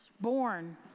born